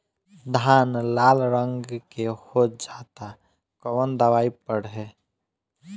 धान लाल रंग के हो जाता कवन दवाई पढ़े?